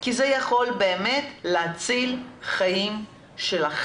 כי זה יכול להציל את החיים שלכן,